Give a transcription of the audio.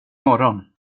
morgon